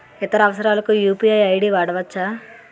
ఇతర అవసరాలకు UPI ID వాడవచ్చా?